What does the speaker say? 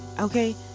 okay